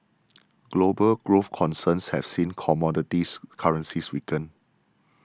global growth concerns have seen commodity currencies weaken